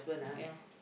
ya